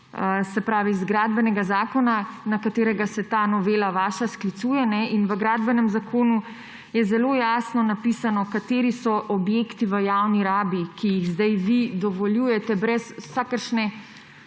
se pravi z Gradbenega zakona, na katerega se ta vaša novela sklicuje. V Gradbenem zakonu je zelo jasno napisano, kateri so objekti v javni rabi, ki jih zdaj vi dovoljujete brez vsakršne